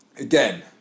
again